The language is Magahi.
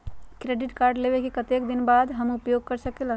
क्रेडिट कार्ड लेबे के कतेक दिन बाद हम उपयोग कर सकेला?